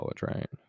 right